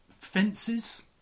fences